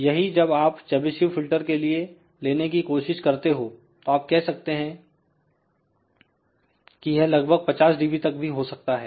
यही जब आप चेबीशेव फिल्टर के लिए लेने की कोशिश करते हो तो आप कह सकते हैं कि यह लगभग 50dB तक भी हो सकता है